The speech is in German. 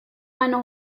meine